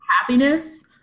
happiness